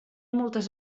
moltes